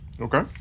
Okay